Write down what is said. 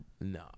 No